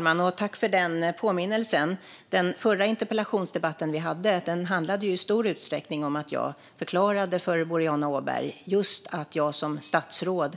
Fru talman! Tack för påminnelsen! Den förra interpellationsdebatten vi hade handlade i stor utsträckning om att jag förklarade för Boriana Åberg just att jag som statsråd